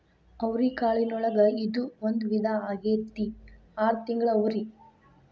ಅವ್ರಿಕಾಳಿನೊಳಗ ಇದು ಒಂದ ವಿಧಾ ಆಗೆತ್ತಿ ಆರ ತಿಂಗಳ ಅವ್ರಿ